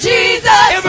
Jesus